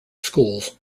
schools